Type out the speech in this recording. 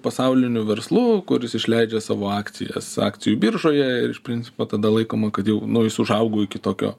pasauliniu verslu kuris išleidžia savo akcijas akcijų biržoje ir iš principo tada laikoma kad jau nu jis užaugo iki tokio